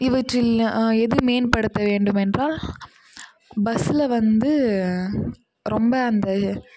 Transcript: இவற்றில் எது மேம்படுத்த வேண்டுமென்றால் பஸ்ஸில் வந்து ரொம்ப அந்த